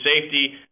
safety